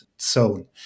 zone